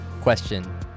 question